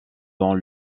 dans